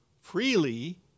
freely